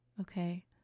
Okay